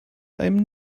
einem